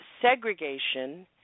segregation